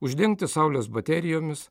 uždengti saulės baterijomis